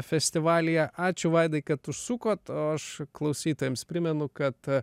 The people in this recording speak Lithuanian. festivalyje ačiū vaidai kad užsukot aš klausytojams primenu kad